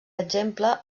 exemple